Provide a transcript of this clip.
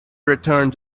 returned